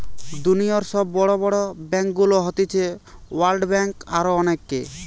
দুনিয়র সব বড় বড় ব্যাংকগুলো হতিছে ওয়ার্ল্ড ব্যাঙ্ক, আরো অনেক